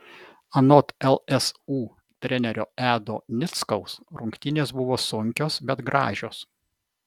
anot lsu trenerio edo nickaus rungtynės buvo sunkios bet gražios